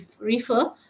refer